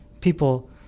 people